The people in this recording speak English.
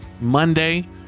Monday